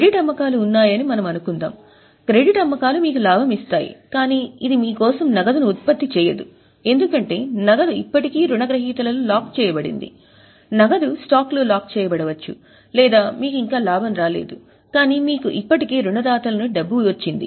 credit అమ్మకాలు ఉన్నాయని మనము అనుకుందాం క్రెడిట్ అమ్మకాలు మీకు లాభం ఇస్తాయి కాని ఇది మీ కోసం నగదును ఉత్పత్తి చేయదు ఎందుకంటే నగదు ఇప్పటికీ రుణగ్రహీతలలో లాక్ చేయబడింది నగదు స్టాక్లో లాక్ చేయబడవచ్చు లేదా మీకు ఇంకా లాభం రాలేదు కానీ మీకు ఇప్పటికే రుణదాతల నుండి డబ్బు వచ్చింది